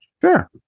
Sure